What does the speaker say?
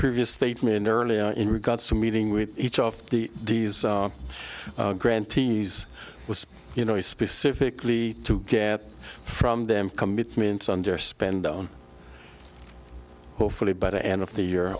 previous statement early on in regards to meeting with each of the grantees was you know i specifically to get from them commitments under spend on hopefully by the end of the year